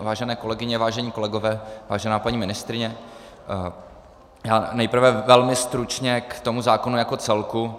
Vážené kolegyně, vážení kolegové, vážená paní ministryně, nejprve velmi stručně k tomu zákonu jako celku.